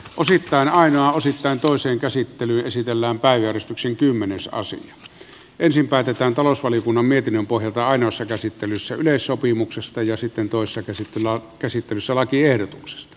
osittain on osittain toisen käsittely esitellään pääjäristyksen kymmenosaisen ensin päätetään talousvaliokunnan mietinnön pohjalta ainoassa käsittelyssä yleissopimuksesta ja sitten toisessa käsittelyssä lakiehdotuksesta